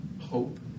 hope